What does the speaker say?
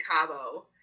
Cabo